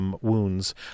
Wounds